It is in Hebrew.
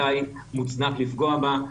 מתי מוצדק לפגוע בה.